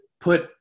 put